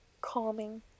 calming